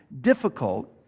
difficult